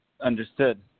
Understood